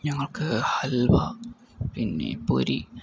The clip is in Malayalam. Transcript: ഞങ്ങൾക്ക് ഹൽവ പിന്നെ പൊരി